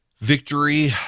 victory